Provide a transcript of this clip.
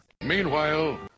Meanwhile